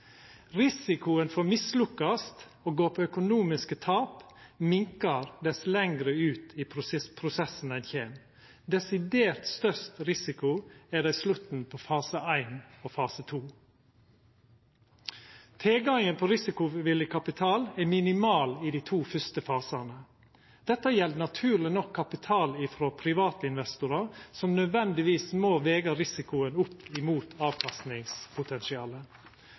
gå på økonomiske tap minkar dess lenger ut i prosessen ein kjem. Desidert størst risiko er det i slutten av fase éin og i fase to. Tilgangen på risikovillig kapital er minimal i dei to fyrste fasane. Dette gjeld naturleg nok kapital frå private investorar, som nødvendigvis må vega risikoen opp mot avkastningspotensialet.